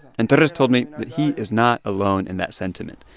and torres told me that he is not alone in that sentiment.